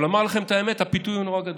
אבל לומר לכם את האמת, הפיתוי הוא נורא גדול.